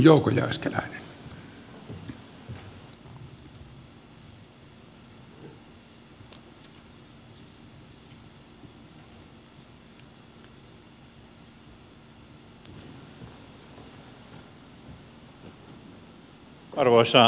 arvoisa herra puhemies